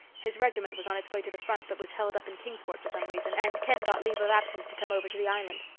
his regiment was on its way to the front but was held up in kingsport for some reason, and ken got leave of absence to come over to the island.